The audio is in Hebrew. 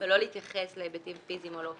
ולא להתייחס להיבטים פיזיים או לא פיזיים.